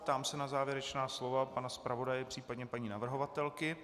Ptám se na závěrečná slova pana zpravodaje, případně paní navrhovatelky.